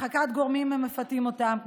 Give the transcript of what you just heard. הרחקת גורמים המפתים אותם,